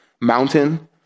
Mountain